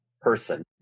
person